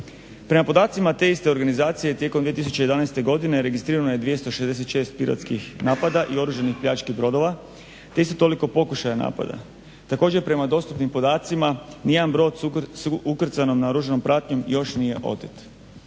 Prema podacima te iste organizacije tijekom 2011. godine registrirano je 266 piratskih napada i oružanih pljački brodova, te isto toliko pokušaja napada. Također prema dostupnim podacima, ni jedan brod s ukrcanom naoružanom pratnjom još nije otet.